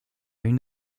une